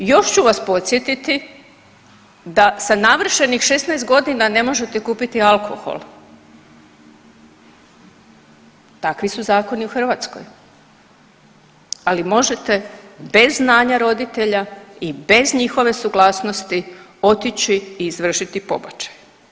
Još ću vas podsjetiti da sa navršenih 16.g. ne možete kupiti alkohol, takvi su zakoni u Hrvatskoj, ali možete bez znanja roditelja i bez njihove suglasnosti otići i izvršiti pobačaj.